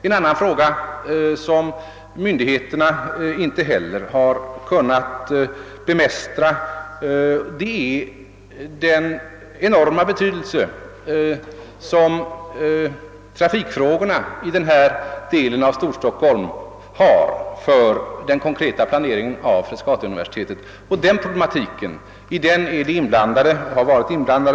Ett annat problem som myndigheterna inte heller kunnat bemästra gäller trafikfrågorna i denna del av Storstockholm, vilka har enorm betydelse för den konkreta planeringen av Frescatiuniversitetet. I den problematiken har ett stort antal parter varit inblandade.